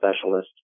specialist